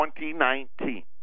2019